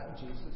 Jesus